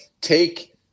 take